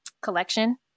collection